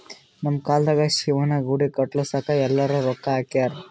ನಮ್ ಕಾಲ್ದಾಗ ಶಿವನ ಗುಡಿ ಕಟುಸ್ಲಾಕ್ ಎಲ್ಲಾರೂ ರೊಕ್ಕಾ ಹಾಕ್ಯಾರ್